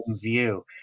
view